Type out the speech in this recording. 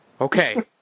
Okay